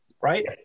right